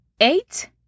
Eight